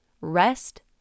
Rest